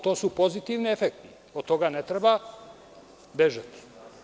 To su pozitivni efekti, od toga ne treba bežati.